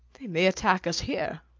they may attack us here,